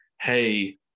hey